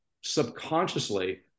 subconsciously